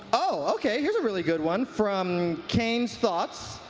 okay, here is a really good one. from kings thoughts.